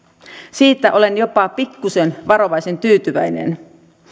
siitä olen jopa pikkuisen varovaisen tyytyväinen